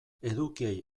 edukiei